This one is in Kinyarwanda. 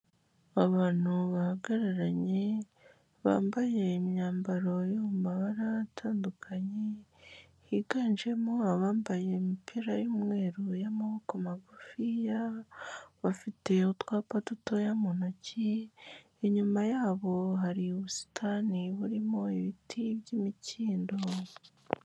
Abantu bahagararanye, bambaye imyambaro yo mu mabara atandukanye, higanjemo abambaye imipira y'umweru y'amaboko magufiya, bafite utwapa dutoya mu ntoki, inyuma yabo hari ubusitani burimo ibiti by'imikindo.